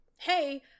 Hey